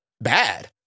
Bad